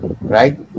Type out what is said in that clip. right